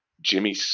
Jimmy